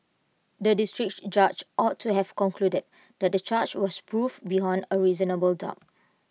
the District Judge ought to have concluded that the discharge was proved beyond A reasonable doubt